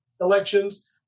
elections